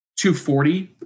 240